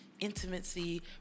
Intimacy